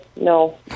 no